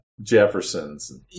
Jeffersons